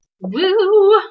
Woo